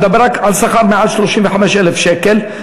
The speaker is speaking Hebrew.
אני מדבר רק על שכר מעל 35,000 שקל.